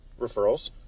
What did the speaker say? referrals